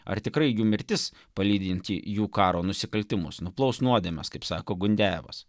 ar tikrai jų mirtis palyginti jų karo nusikaltimus nuplaus nuodėmes kaip sako gundejevas